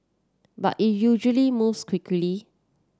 but it usually moves quickly